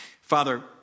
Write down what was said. Father